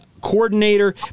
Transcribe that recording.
coordinator